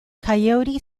coyote